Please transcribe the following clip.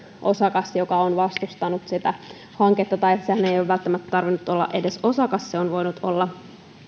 osakas on vastustanut sitä hanketta tai senhän ei ole välttämättä tarvinnut olla edes osakas vaan se on voinut olla